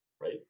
Right